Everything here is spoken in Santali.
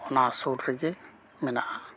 ᱚᱱᱟ ᱥᱩᱨ ᱨᱮᱜᱮ ᱢᱮᱱᱟᱜᱼᱟ